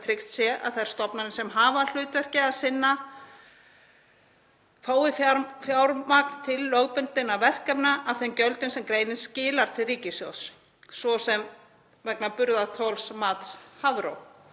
sé að þær stofnanir sem hafa hlutverki að sinna fái fjármagn til lögbundinna verkefna af þeim gjöldum sem greinin skilar til ríkissjóðs, svo sem vegna burðarþolsmats Hafró.